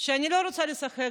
שאני לא צריכה לשחק